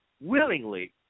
willingly